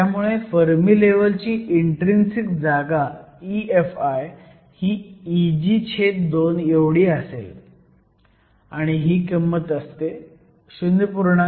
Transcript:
त्यामुळे फर्मी लेव्हलची इन्ट्रीन्सिक जागा EFi ही Eg छेद 2 असेल आणि ही किंमत असते 0